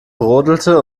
brodelte